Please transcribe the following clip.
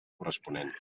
corresponent